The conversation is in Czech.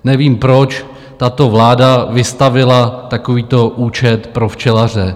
Nevím, proč tato vláda vystavila takovýto účet pro včelaře.